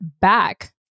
back